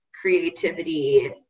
creativity